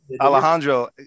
Alejandro